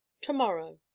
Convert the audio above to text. tomorrow